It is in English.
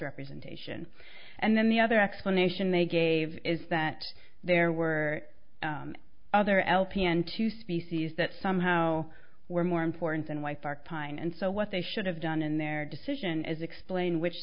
representation and then the other explanation they gave is that there were other lpn two species that somehow were more important than white bark pine and so what they should have done in their decision is explain which